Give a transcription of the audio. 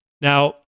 Now